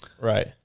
Right